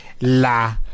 la